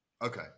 Okay